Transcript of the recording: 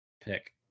pick